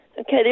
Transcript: Okay